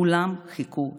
כולם חיכו למוות,